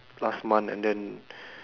last month and then